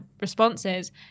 responses